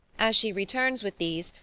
as she returns with these,